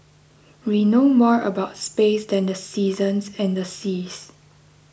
we know more about space than the seasons and the seas